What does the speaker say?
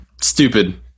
stupid